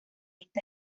esta